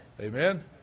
Amen